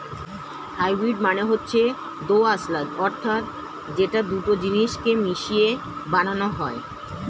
hybrid মানে হচ্ছে দোআঁশলা অর্থাৎ যেটা দুটো জিনিস কে মিশিয়ে বানানো হয়